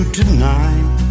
tonight